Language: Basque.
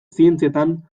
zientzietan